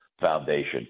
Foundation